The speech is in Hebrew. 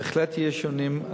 בהחלט יהיו שינויים,